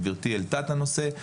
גבירתי העלתה את הנושא,